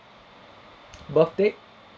birthdate